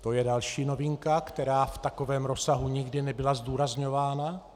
To je další novinka, která v takovém rozsahu nikdy nebyla zdůrazňována.